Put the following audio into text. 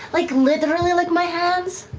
like, literally, like, my hands.